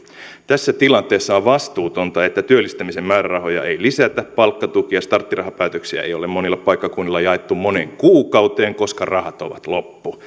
tässä tilanteessa on vastuutonta että työllistämisen määrärahoja ei lisätä palkkatukea starttirahapäätöksiä ei ole monilla paikkakunnilla jaettu moneen kuukauteen koska rahat ovat loppu